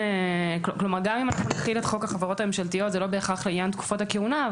גם אם נחיל את חוק החברות הממשלתיות זה לא בהכרח לעניין תקופות הכהונה,